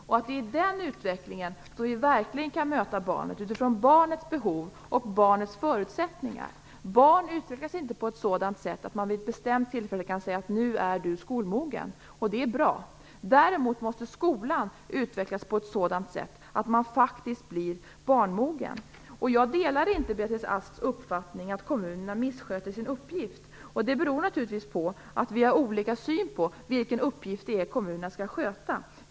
Det är med den utvecklingen som vi verkligen kan möta barnet utifrån barnets behov och barnets förutsättningar. Barn utvecklas inte på ett sådant sätt att man vid ett bestämt tillfälle kan säga: Nu är du skolmogen. Det är bra. Däremot måste skolan utvecklas på ett sådant sätt att den faktiskt blir barnmogen. Jag delar inte Beatrice Asks uppfattning att kommunerna misssköter sin uppgift. Det beror naturligtvis på att vi har olika syn på vilken uppgift det är kommunerna skall sköta.